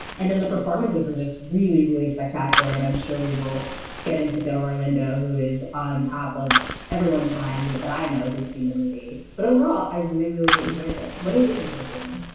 and then the performances are just really, really spectacular. and i'm sure we will get into delroy lindo, who is on top of everyone's minds that i know who's seen the movie. but overall, i really, really enjoyed it. what did you think of it, dana?